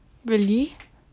really